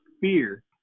fear